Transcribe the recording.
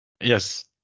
Yes